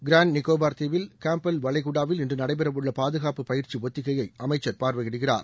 grand Nicobar தீவில் Campbell வளைகுடாவில் இன்று நடைபெற உள்ள பாதுகாப்பு பயிற்சி ஒத்திகையை அமைச்சர் பார்வையிடுகிறார்